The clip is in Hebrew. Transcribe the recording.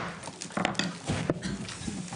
הישיבה ננעלה בשעה 16:00.